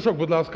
Шановні